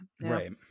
right